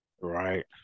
Right